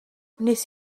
wnes